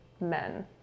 men